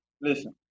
Listen